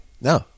no